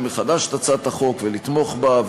19 ביולי 2015 לאשר מחדש את הצעת החוק ולתמוך בה.